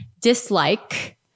dislike